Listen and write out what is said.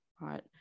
right